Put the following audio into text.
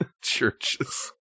Churches